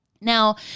Now